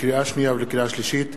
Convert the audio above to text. לקריאה שנייה ולקריאה שלישית,